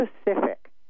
specific